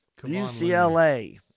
UCLA